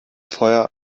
feuer